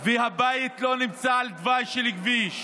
והבית לא נמצא על תוואי של כביש,